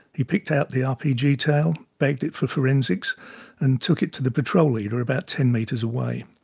he picked out the rpg tail, bagged it for forensics and took it to the patrol leader about ten metres away.